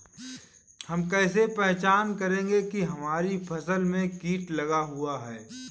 हम कैसे पहचान करेंगे की हमारी फसल में कीट लगा हुआ है?